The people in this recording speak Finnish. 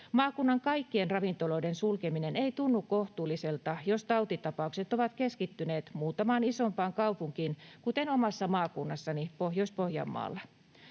Maakunnan kaikkien ravintoloiden sulkeminen ei tunnu kohtuulliselta, jos tautitapaukset ovat keskittyneet muutamaan isompaan kaupunkiin, kuten omassa maakunnassani Pohjois-Pohjanmaalla.